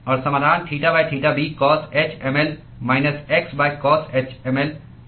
और समाधान theta theta b कॉसh mL माइनस x कॉसh mL किया जाएगा